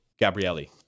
Gabrielli